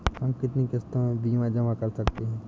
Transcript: हम कितनी किश्तों में बीमा जमा कर सकते हैं?